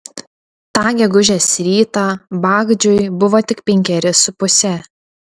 tą gegužės rytą bagdžiui buvo tik penkeri su puse